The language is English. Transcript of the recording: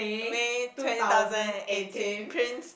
May twenty thousand and eighteen prince